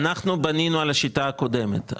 אנחנו בנינו על השיטה הקודמת.